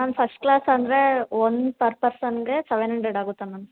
ma'am first class ಅಂದರೆ one per ಪರ್ಸನ್ಗೆ seven hundred ಆಗುತ್ತೆ ಮ್ಯಾಮ್